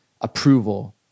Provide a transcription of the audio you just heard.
approval